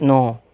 نو